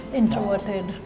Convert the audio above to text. introverted